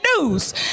news